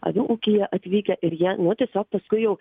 avių ūkyje atvykę ir jie nu tiesiog paskui jau